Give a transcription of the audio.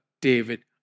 David